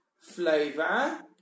flavor